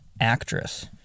Actress